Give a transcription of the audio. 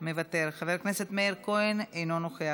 מוותר, חבר הכנסת מאיר כהן, אינו נוכח.